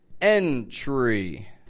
Entry